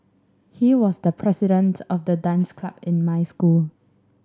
he was the president of the dance club in my school